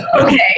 okay